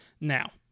Now